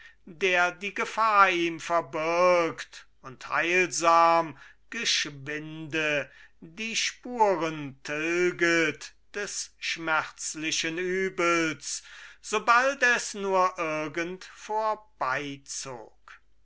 der die gefahr ihm verbirgt und heilsam geschwinde die spuren tilget des schmerzlichen übels sobald es nur irgend vorbeizog